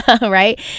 right